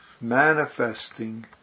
manifesting